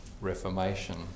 Reformation